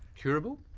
curable?